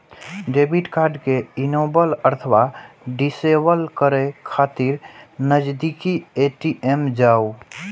debit card कें enable अथवा disable करै खातिर नजदीकी ए.टी.एम जाउ